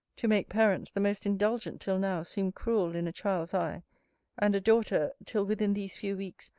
to make parents, the most indulgent till now, seem cruel in a child's eye and a daughter, till within these few weeks,